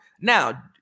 Now